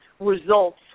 results